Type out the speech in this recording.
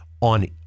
on